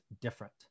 different